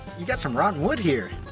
you got some rotten wood here.